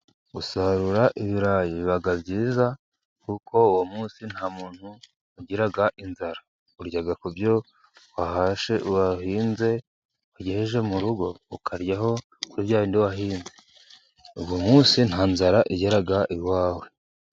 Gusarura ibirayi biba byiza, kuko uwo munsi nta muntu ugira inzara urya ku byo wahashye, wahinze, ugejeje mu rugo ukaryaho kuri bya bindi wahinze uwo munsi nta nzara igera iwawe.